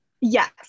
yes